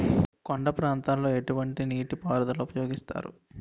కొండ ప్రాంతాల్లో ఎటువంటి నీటి పారుదల ఉపయోగిస్తారు?